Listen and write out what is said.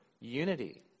unity